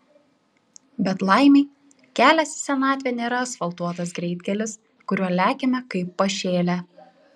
bet laimei kelias į senatvę nėra asfaltuotas greitkelis kuriuo lekiame kaip pašėlę